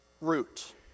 root